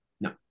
No